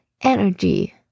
energy